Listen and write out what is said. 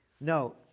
No